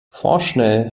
vorschnell